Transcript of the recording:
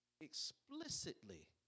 explicitly